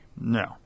No